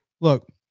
look